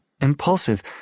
impulsive